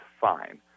fine